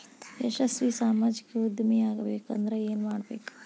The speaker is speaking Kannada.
ಯಶಸ್ವಿ ಸಾಮಾಜಿಕ ಉದ್ಯಮಿಯಾಗಬೇಕಂದ್ರ ಏನ್ ಮಾಡ್ಬೇಕ